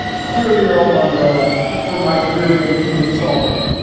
clearly, earl monroe for mike reardon and dave stallworth,